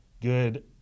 good